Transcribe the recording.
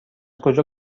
کجا